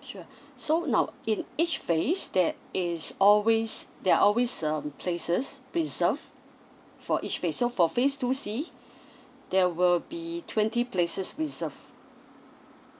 sure so now in each phase there is always there're always um places reserved for each phase so for phase two C there will be twenty places reserved